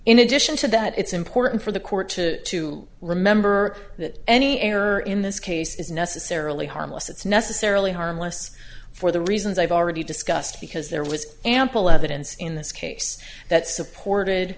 in addition to that it's important for the court to to remember that any error in this case is necessarily harmless it's necessarily harmless for the reasons i've already discussed because there was ample evidence in this case that supported